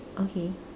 okay